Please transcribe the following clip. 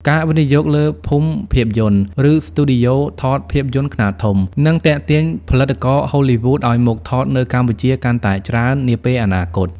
ការវិនិយោគលើ "ភូមិភាពយន្ត" ឬស្ទូឌីយោថតភាពយន្តខ្នាតធំ នឹងទាក់ទាញផលិតករហូលីវូដឱ្យមកថតនៅកម្ពុជាកាន់តែច្រើននាពេលអនាគត។